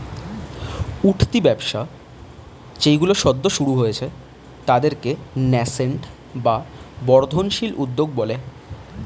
উঠতি ব্যবসা যেইগুলো সদ্য শুরু হয়েছে তাদেরকে ন্যাসেন্ট বা বর্ধনশীল উদ্যোগ বলে